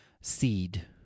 seed